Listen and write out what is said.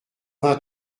vingt